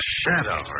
shadow